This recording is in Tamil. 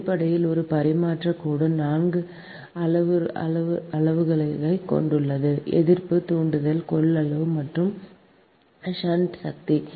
அடிப்படையில் ஒரு பரிமாற்றக் கோடு நான்கு அளவுருக்களைக் கொண்டுள்ளது எதிர்ப்பு தூண்டல் கொள்ளளவு மற்றும் ஷன்ட் கடத்தி